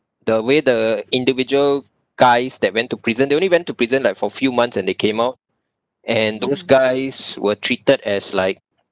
the way the individual guys that went to prison they only went to prison like for a few months and they came out and those guys were treated as like